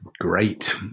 great